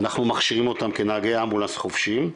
אנחנו מכשירים אותם כנהגי אמבולנס חובשים.